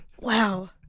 Wow